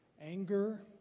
anger